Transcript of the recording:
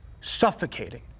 suffocating